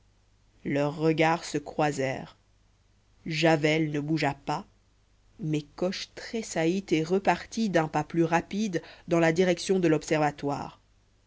leurs regards se croisèrent javel ne bougea pas mais coche tressaillit et repartit d'un pas plus rapide dans la direction de l'observatoire